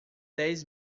dez